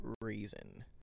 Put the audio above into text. reason